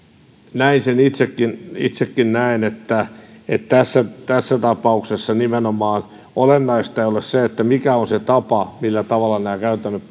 näin sen itsekin itsekin näen että tässä tässä tapauksessa olennaista ei ole se mikä on se tapa millä tavalla nämä käytännöt